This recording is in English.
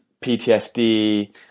PTSD